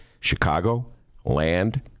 Chicagoland